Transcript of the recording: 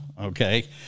Okay